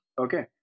Okay